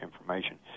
information